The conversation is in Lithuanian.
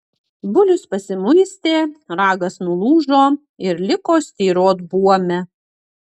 bulius pasimuistė ragas nulūžo ir liko styrot buome